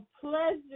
pleasure